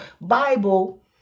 Bible